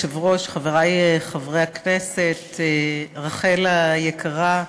אדוני היושב-ראש, חברי חברי הכנסת, רחל היקרה,